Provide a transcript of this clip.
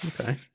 Okay